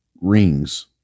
rings